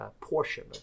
portion